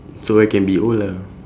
so I can be old ah